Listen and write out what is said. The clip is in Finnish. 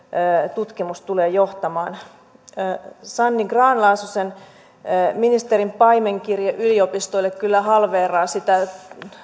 tutkimus tulee johtamaan ministeri sanni grahn laasosen paimenkirje ylipistoille kyllä halveeraa sitä